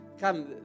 come